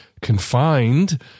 confined